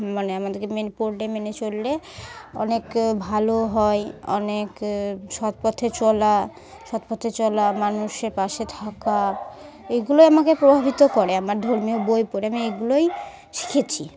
মানে আমাদেরকে মেন পড়লে মেনে চললে অনেক ভালো হয় অনেক সৎপথে চলা সৎপথে চলা মানুষের পাশে থাকা এগুলোই আমাকে প্রভাবিত করে আমার ধর্মীয় বই পড়ে আমি এগুলোই শিখেছি